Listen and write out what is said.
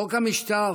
חוק המשטר